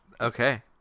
Okay